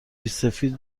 ریشسفید